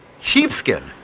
Sheepskin